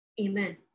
amen